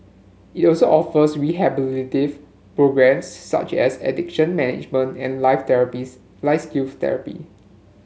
it also offers rehabilitative programmes such as addiction management and life therapies life skills therapy